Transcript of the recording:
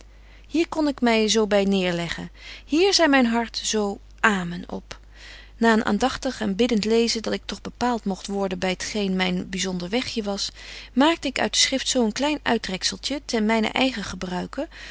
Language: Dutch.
hier kon ik my zo by neêrleggen hier zei myn hart zo amen op na een aandagtig en biddent lezen dat ik toch bepaalt mogt worden by t geen myn byzonder wegje was maakte ik uit de schrift zo een klein uittrekzeltje ten mynen eigen gebruike